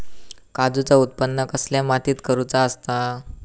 काजूचा उत्त्पन कसल्या मातीत करुचा असता?